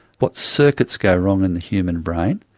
what circuits go wrong in the human brain,